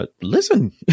listen